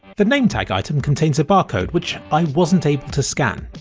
the nametag item contains a barcode, which i wasn't able to scan.